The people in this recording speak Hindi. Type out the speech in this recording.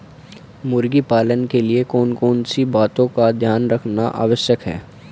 मुर्गी पालन के लिए कौन कौन सी बातों का ध्यान रखना आवश्यक है?